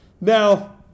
Now